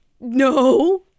no